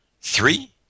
three